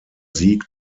sieg